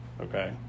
okay